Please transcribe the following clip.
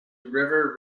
river